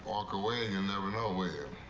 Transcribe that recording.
walk away you'll never know, will you?